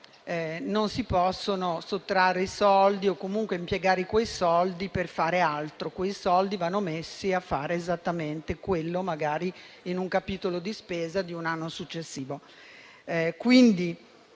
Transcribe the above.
che si possano sottrarre i soldi o comunque impiegarli per fare altro. Quei soldi vanno messi a fare esattamente quello, magari in un capitolo di spesa di un anno successivo.